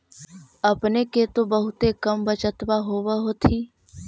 अपने के तो बहुते कम बचतबा होब होथिं?